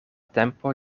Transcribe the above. tempo